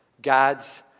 God's